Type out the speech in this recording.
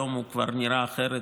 היום הוא כבר נראה אחרת